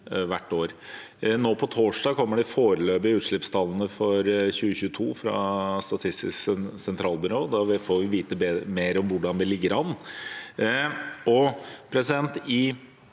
år. På torsdag kommer de foreløpige utslippstallene for 2022 fra Statistisk sentralbyrå. Da får vi vite mer om hvordan vi ligger an.